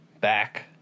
back